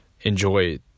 enjoy